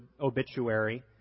obituary